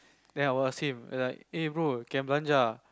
then I will ask him like eh bro can